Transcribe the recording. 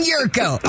Yurko